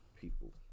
people